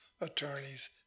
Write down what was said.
attorneys